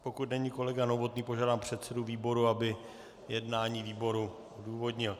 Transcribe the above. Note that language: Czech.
Pokud není kolega Novotný, požádám předsedu výboru, aby jednání výboru odůvodnil.